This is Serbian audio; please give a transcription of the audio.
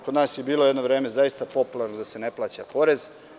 Kod nas je jedno vreme bilo popularno da se ne plaća porez.